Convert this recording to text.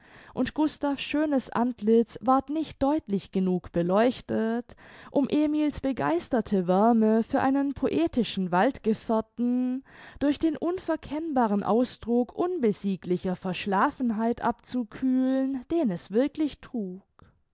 und gustav's schönes antlitz ward nicht deutlich genug beleuchtet um emil's begeisterte wärme für einen poetischen waldgefährten durch den unverkennbaren ausdruck unbesieglicher verschlafenheit abzukühlen den es wirklich trug